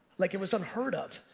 like it was unheard of.